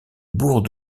bourg